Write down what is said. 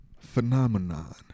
Phenomenon